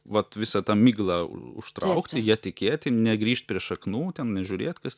vat visą tą miglą užtraukti ja tikėti negrįžt prie šaknų ten nežiūrėt kas